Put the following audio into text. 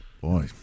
Boy